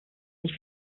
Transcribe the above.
sich